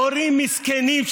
הורים מסכנים,